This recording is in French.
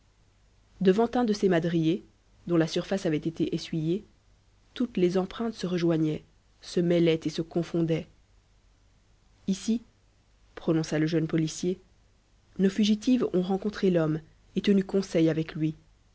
devant un de ces madriers dont la surface avait été essuyée toutes les empreintes se rejoignaient se mêlaient et se confondaient ici prononça le jeune policier nos fugitives ont rencontré l'homme et tenu conseil avec lui